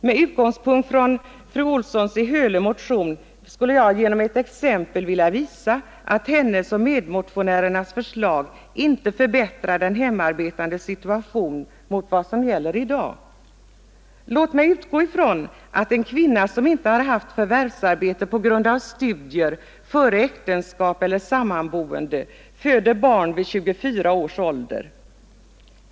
Med utgångspunkt i fru Olssons i Hölö motion vill jag med ett exempel visa att hennes och medmotionärernas förslag inte förbättrar den hemmaarbetandes situation jämfört med vad som gäller i dag. Jag utgår då från att en kvinna, som före äktenskap eller sammanboende inte har haft förvärvsarbete på grund av studier, föder barn vid 24 års ålder.